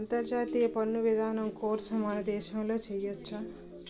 అంతర్జాతీయ పన్ను విధానం కోర్సు మన దేశంలో చెయ్యొచ్చా